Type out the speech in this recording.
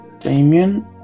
Damien